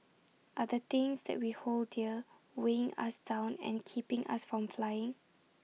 are the things that we hold dear weighing us down and keeping us from flying